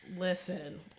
listen